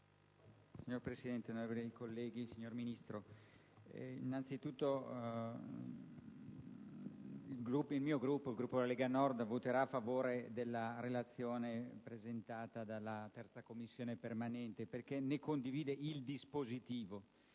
Signor Presidente, onorevoli colleghi, signor Ministro, innanzitutto il Gruppo della Lega Nord voterà a favore della risoluzione presentata dalla 3a Commissione permanente perché ne condivide il dispositivo,